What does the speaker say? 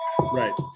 right